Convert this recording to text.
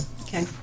Okay